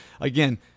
again